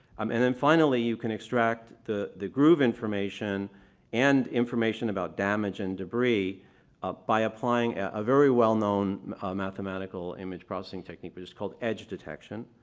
um and then finally, you can extract the the groove information and information about damage and debris ah by applying a very well known mathematical image processing technique that but is called edge detection.